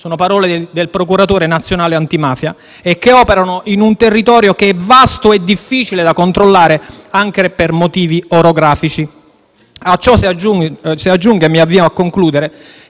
sono parole mie ma del procuratore nazionale antimafia - e che operano in un territorio vasto e difficile da controllare, anche per motivi orografici. A ciò si aggiunga che la situazione